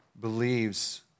believes